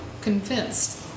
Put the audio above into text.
Convinced